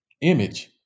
image